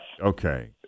Okay